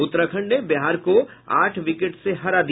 उत्तराखण्ड ने बिहार को आठ विकेट से हरा दिया